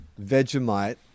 Vegemite